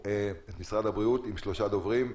יש את משרד הבריאות עם שלושה דוברים: